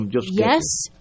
Yes